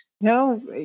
no